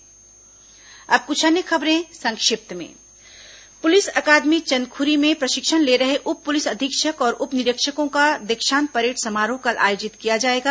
संक्षिप्त समाचार अब कुछ अन्य खबरें संक्षिप्त में पुलिस अकादमी चंदखुरी में प्रशिक्षण ले रहे उप पुलिस अधीक्षक और उप निरीक्षकों का दीक्षांत परेड समारोह कल आयोजित किया जाएगा